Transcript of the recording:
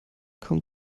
kommt